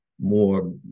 more